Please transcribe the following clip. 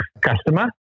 customer